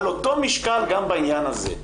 על אותו משקל גם בעניין הזה.